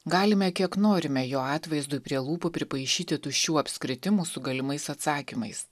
galime kiek norime jo atvaizdui prie lūpų pripaišyti tuščių apskritimų su galimais atsakymais